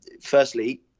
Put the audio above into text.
Firstly